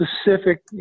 specific